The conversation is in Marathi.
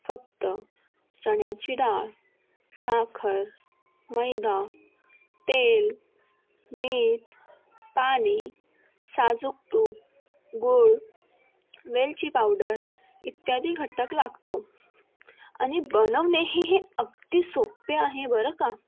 फक्त चण्याची डाळ साखर मैदा तेल मीठ पाणी साजूक तुप गूळ वेलची पावडर इत्यादी घटक लागतो आणि बनवणेही हे अगदी सोपे आहे बरं का